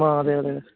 ആ അതെ അതെ